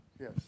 Yes